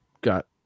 got